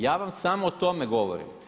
Ja vam samo o tome govorim.